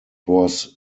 was